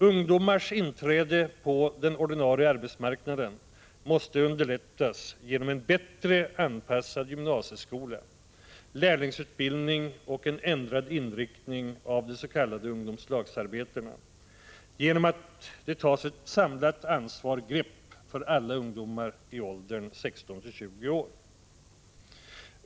Ungdomars inträde på den ordinarie arbetsmarknaden måste underlättas genom en bättre anpassad gymnasieskola, lärlingsutbildning och en ändrad inriktning av de s.k. ungdomslagsarbetena genom att det tas ett samlat ansvarsgrepp för alla ungdomar i åldern 16—20 år.